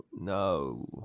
no